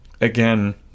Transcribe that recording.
again